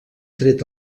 tret